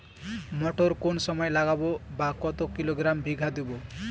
মটর কোন সময় লাগাবো বা কতো কিলোগ্রাম বিঘা দেবো?